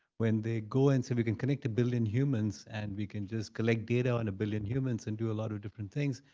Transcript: when they go in, say, we can connect a billion humans and we can just collect data on and a billion humans and do a lot of different things,